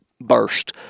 burst